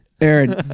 Aaron